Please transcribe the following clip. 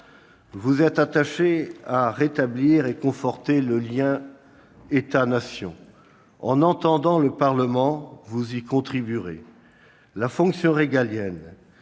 Vous êtes attachée à rétablir et conforter le lien État-Nation. En entendant le Parlement, vous y contribuerez. La fonction régalienne